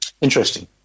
Interesting